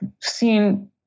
seen